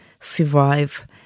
survive